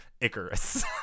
Icarus